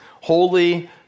holy